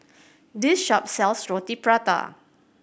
this shop sells Roti Prata